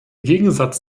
gegensatz